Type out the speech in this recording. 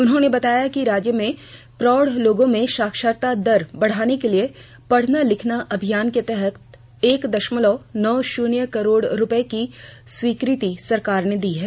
उन्होंने बताया कि राज्य में प्रौढ़ लोगों में साक्षरता दर बढ़ाने के लिए पढ़ना लिखना अभियान के तहत एक दशमलव नौ शून्य करोड़ रूपये की की स्वीकृति सरकार ने दी है